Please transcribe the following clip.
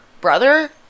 brother